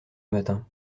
matin